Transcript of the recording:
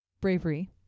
bravery